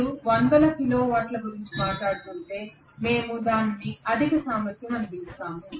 మీరు వందల కిలో వాట్ల గురించి మాట్లాడుతుంటే మేము దానిని అధిక సామర్థ్యం అని పిలుస్తాము